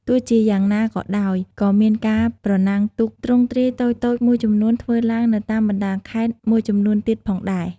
ទោះជាយ៉ាងណាក៏ដោយ ក៏មានការប្រណាំងទូកទ្រង់ទ្រាយតូចៗមួយចំនួនធ្វើឡើងនៅតាមបណ្ដាខេត្តមួយចំនួនទៀតផងដែរ។